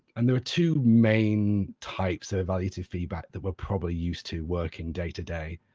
and there are two main types of evaluative feedback that we are probably used to working day-to-day.